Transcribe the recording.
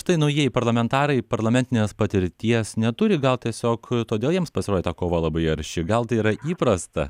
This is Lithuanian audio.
štai naujieji parlamentarai parlamentinės patirties neturi gal tiesiog todėl jiems pasirodė ta kova labai arši gal tai yra įprasta